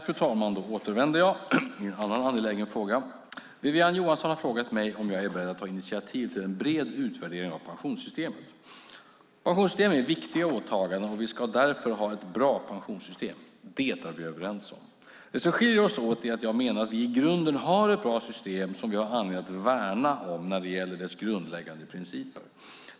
Fru talman! Wiwi-Anne Johansson har frågat mig om jag är beredd att ta initiativ till en bred utvärdering av pensionssystemet. Pensionssystem är viktiga åtaganden, och vi ska därför ha ett bra pensionssystem. Det är vi överens om. Det som skiljer oss åt är att jag menar att vi i grunden har ett bra system som vi har anledning att värna om när det gäller dess grundläggande principer.